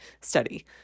study